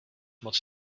moc